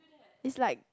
it's like